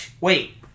Wait